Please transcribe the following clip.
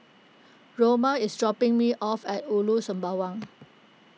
Roma is dropping me off at Ulu Sembawang